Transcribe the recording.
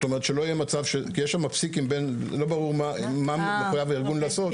יש שם פסיקים, לא ברור מה מחויב הארגון לעשות.